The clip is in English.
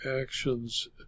actions